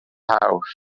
house